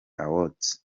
awards